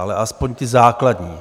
Ale aspoň ta základní.